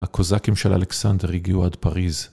הקוזאקים של אלכסנדר הגיעו עד פריז.